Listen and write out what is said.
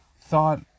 thought